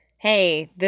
hey